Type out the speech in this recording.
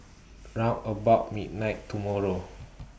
round about midnight tomorrow